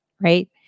right